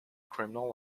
criminal